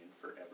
forever